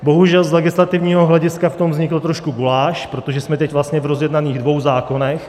Bohužel z legislativního hlediska v tom vznikl trošku guláš, protože jsme teď vlastně v rozjednaných dvou zákonech.